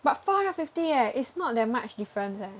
but four hundred fifty eh it's not that much difference leh